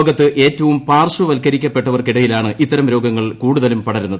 ലോകത്ത് ഏറ്റവും പാർശ്വവൽക്കരിക്കപ്പെട്ടവർക്കിടയിലാണ് ഇത്തരം രോഗങ്ങൾ കൂടുതലും പടരുന്നത്